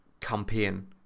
campaign